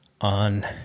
on